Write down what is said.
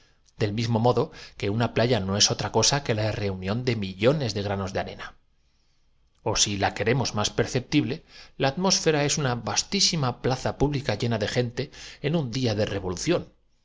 del mismo modo que una playa no es otra cosa que la derá que á medida que el anacronóbata pierda años reunión de millones de granos de arena ó si la que se vaya volviendo mas joven remos más perceptible la atmósfera es una vastísima indudablemente plaza pública llena de gente en un día de revolución